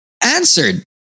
answered